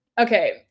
okay